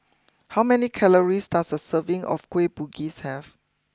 how many calories does a serving of Kueh Bugis have